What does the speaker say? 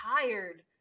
tired